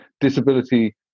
disability